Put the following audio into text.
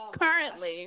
currently